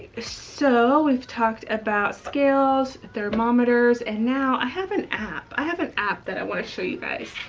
so we've talked about scales, thermometers, and now i have an app. i have an app that i want to show you guys.